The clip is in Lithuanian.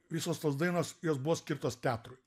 visos tos dainos jos buvo skirtos petrui